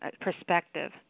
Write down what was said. perspective